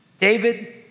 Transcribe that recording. David